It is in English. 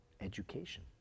education